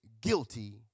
guilty